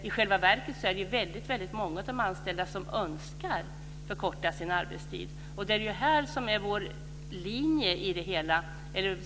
I själva verket är det väldigt många anställda som önskar förkorta sin arbetstid.